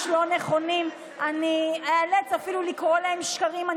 אמרתי ועדת הבריאות.